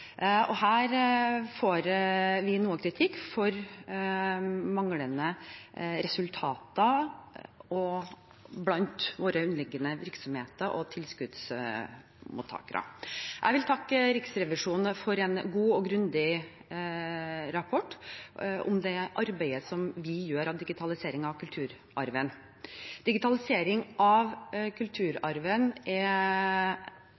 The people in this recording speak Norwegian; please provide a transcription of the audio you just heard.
manglende resultater blant våre underliggende virksomheter og tilskuddsmottakere. Jeg vil takke Riksrevisjonen for en god og grundig rapport om det arbeidet vi gjør med digitalisering av kulturarven. Digitalisering av